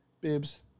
bibs